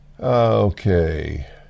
Okay